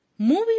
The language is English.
Movie